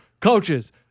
Coaches